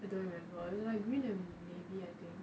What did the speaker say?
I don't know remember I think it was green and navy I think